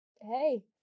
hey